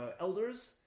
elders